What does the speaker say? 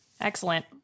Excellent